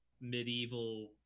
medieval